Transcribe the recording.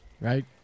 right